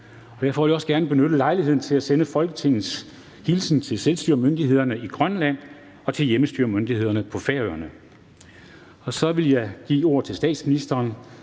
Derfor vil jeg også gerne benytte lejligheden til at sende Folketingets hilsen til selvstyremyndighederne i Grønland og til hjemmestyremyndighederne på Færøerne. --- Det sidste punkt på dagsordenen